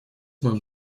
мой